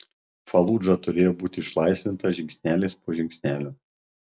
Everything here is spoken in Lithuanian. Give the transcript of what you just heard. faludža turėjo būti išlaisvinta žingsnelis po žingsnelio